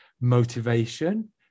motivation